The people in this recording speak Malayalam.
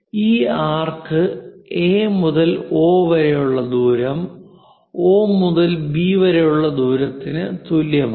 ഈ ആർക്ക് A മുതൽ O വരെയുള്ള ദൂരം O മുതൽ B വരെയുള്ള ദൂരത്തിന് തുല്യമാണ്